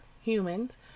humans